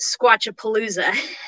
Squatchapalooza